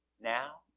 now